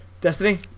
Destiny